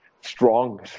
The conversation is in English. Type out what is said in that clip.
strong